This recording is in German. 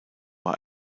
war